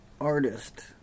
artist